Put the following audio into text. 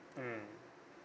mmhmm